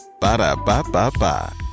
Ba-da-ba-ba-ba